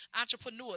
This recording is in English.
entrepreneur